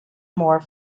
more